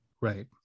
right